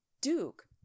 Duke